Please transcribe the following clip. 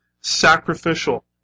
sacrificial